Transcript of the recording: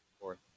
fourth